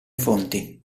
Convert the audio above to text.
fonti